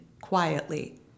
quietly